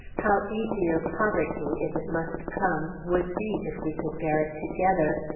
how easier poverty, if it must come, would be if we could bear it together!